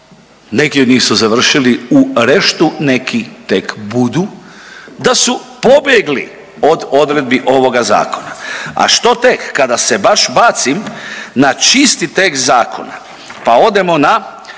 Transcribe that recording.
neki od njih su završili u reštu, neki tek budu da su pobjegli od odredbi ovoga Zakona. A što tek kada se baš bacim na čisti tekst zakona, pa odemo na